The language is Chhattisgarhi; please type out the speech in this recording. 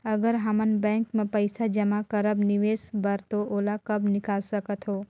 अगर हमन बैंक म पइसा जमा करब निवेश बर तो ओला कब निकाल सकत हो?